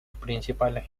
principales